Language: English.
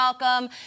welcome